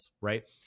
right